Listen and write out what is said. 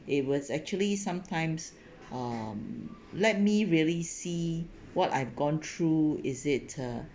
it was actually sometimes um let me really see what I've gone through is it the